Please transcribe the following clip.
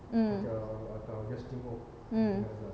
mm mm